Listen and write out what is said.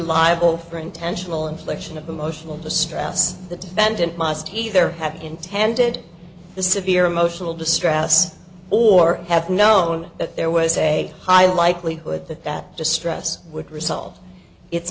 liable for intentional infliction of emotional distress the defendant must either have intended the severe emotional distress or have known that there was a high likelihood that that distress would result it's